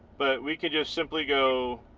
but we could just simply go